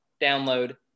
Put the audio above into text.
download